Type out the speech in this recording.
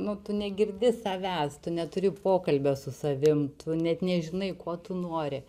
nu tu negirdi savęs tu neturi pokalbio su savim tu net nežinai ko tu nori